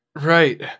Right